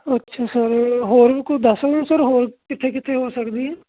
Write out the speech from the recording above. ਅੱਛਾ ਸਰ ਹੋਰ ਵੀ ਕੋਈ ਦਸ ਸਕਦੇ ਹੋ ਸਰ ਹੋਰ ਕਿੱਥੇ ਕਿੱਥੇ ਹੋ ਸਕਦੀ ਹੈ